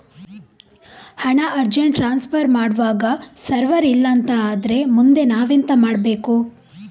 ಹಣ urgent transfer ಮಾಡ್ವಾಗ server ಇಲ್ಲಾಂತ ಆದ್ರೆ ಮುಂದೆ ನಾವೆಂತ ಮಾಡ್ಬೇಕು?